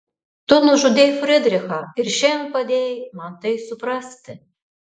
tu nužudei frydrichą ir šiandien padėjai man tai suprasti